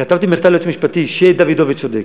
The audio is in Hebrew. כתבתי מכתב ליועץ המשפטי שדוידוביץ צודק,